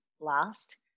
last